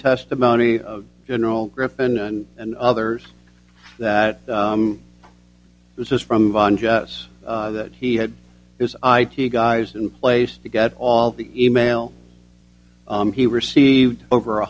testimony of general griffin and others that this is from us that he had his i t guys in place to get all the e mail he received over